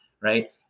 right